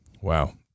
Wow